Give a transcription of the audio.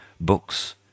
books